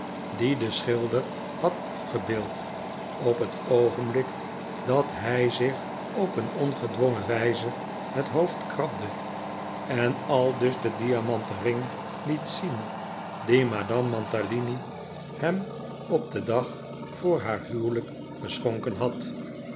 dien de schilder had afgebeeld op het oogenblik dat hij zich op een ongedwongen wijze het hoofd krabde en aldus den diamanten ring liet zien dien madame mantalini hem op den dag voor haar huwelijk geschonken had